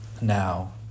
now